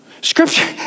Scripture